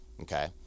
Okay